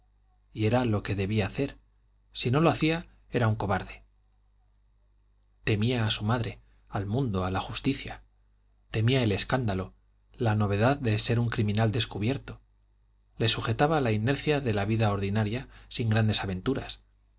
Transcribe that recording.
y era lo que debía hacer si no lo hacía era un cobarde temía a su madre al mundo a la justicia temía el escándalo la novedad de ser un criminal descubierto le sujetaba la inercia de la vida ordinaria sin grandes aventuras